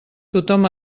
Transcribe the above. tothom